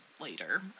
later